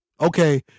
Okay